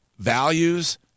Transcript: values